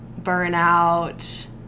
burnout